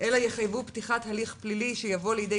אלא יחייבו פתיחת הליך פלילי שיבוא לידי